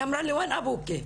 היא אמרה לי, איפה אבא שלך?